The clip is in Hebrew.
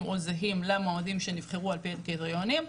או זהים למועמדים שנבחרו על פי הקריטריונים,